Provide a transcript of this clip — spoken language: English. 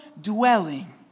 dwelling